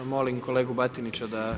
Molim kolegu Batinića da